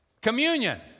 Communion